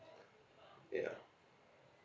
ya